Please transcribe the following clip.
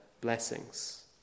blessings